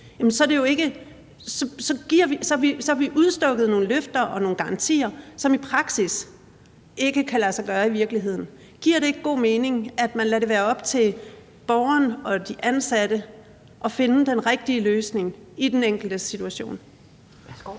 så har vi udstukket nogle løfter og nogle garantier, som i praksis ikke kan lade sig gøre i virkeligheden. Giver det ikke god mening, at man lader det være op til borgeren og de ansatte at finde den rigtige løsning i den enkelte situation? Kl.